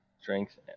Strength